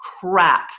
crap